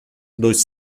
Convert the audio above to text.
dos